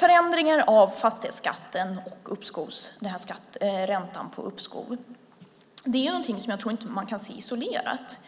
förändringen av fastighetsskatten och räntan på uppskov är någonting som jag inte tror att man kan se isolerat.